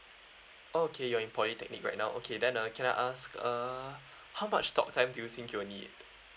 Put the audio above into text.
okay you're in polytechnic right now okay then uh can I ask uh how much talk time do you think you'll need